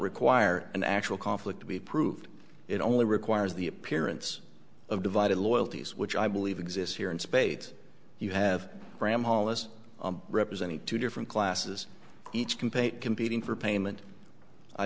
require an actual conflict to be proved it only requires the appearance of divided loyalties which i believe exist here in spades you have bramhall as representing two different classes each compay competing for payment i